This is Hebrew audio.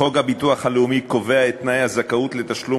חוק הביטוח הלאומי קובע את תנאי הזכאות לתשלום